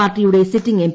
പാർട്ടിയുടെ sitting M